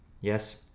Yes